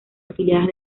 afiliadas